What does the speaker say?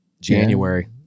January